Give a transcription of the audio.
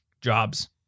jobs